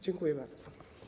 Dziękuję bardzo.